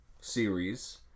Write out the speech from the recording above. series